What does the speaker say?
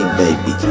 baby